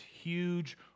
huge